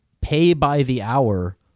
pay-by-the-hour